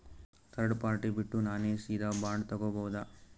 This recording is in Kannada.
ಥರ್ಡ್ ಪಾರ್ಟಿ ಬಿಟ್ಟು ನಾನೇ ಸೀದಾ ಬಾಂಡ್ ತೋಗೊಭೌದಾ?